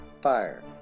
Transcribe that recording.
fire